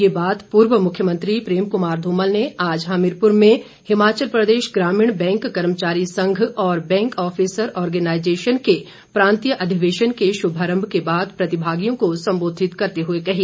ये बात पूर्व मुख्यमंत्री प्रेम कुमार धूमल ने आज हमीरपुर में हिमाचल प्रदेश ग्रामीण बैंक कर्मचारी संघ और बैंक ऑफिसर ऑर्गेनाईजेशन के प्रांतीय अधिवेशन के शुभारम्भ के बाद प्रतिभागियों को संबोधित करते हुए कही